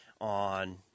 on